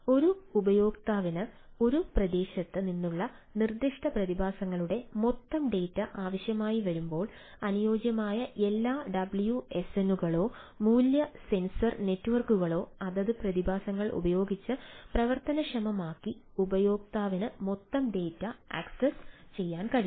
ഒരു ഉപയോക്താവിന് ഒരു പ്രദേശത്ത് നിന്നുള്ള നിർദ്ദിഷ്ട പ്രതിഭാസങ്ങളുടെ മൊത്തം ഡാറ്റ ആവശ്യമായി വരുമ്പോൾ അനുയോജ്യമായ എല്ലാ ഡബ്ല്യുഎസ്എൻ കളോ മൂല്യ സെൻസറി നെറ്റ്വർക്കുകളോ അതത് പ്രതിഭാസങ്ങൾ ഉപയോഗിച്ച് പ്രവർത്തനക്ഷമമാക്കി ഉപയോക്താവിന് മൊത്തം ഡാറ്റ ആക്സസ് ചെയ്യാൻ കഴിയും